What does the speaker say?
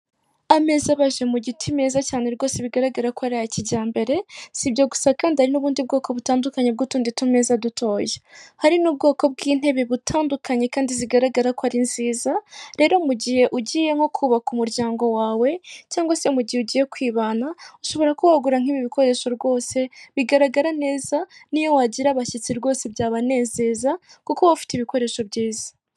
Ameza abaje mu giti meza cyane rwose bigaragara ko ari aya kijyambere, sibyo gusa kandi n'ubundi bwoko butandukanye bw'utundi tumeza dutoya, hari n'ubwoko bw'intebe butandukanye kandi zigaragara ko ari nziza, rero mu gihe ugiye nko kubaka umuryango wawe cyangwa se mu gihe ugiye kwibana ushobora kugura nk'ibi bikoresho rwose bigaragara neza n'iyo wagira abashyitsi rwose byabanezeza kuko uba ufite ibikoresho byiza.